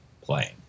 playing